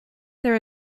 there